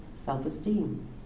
self-esteem